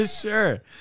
Sure